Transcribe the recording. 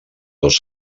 dos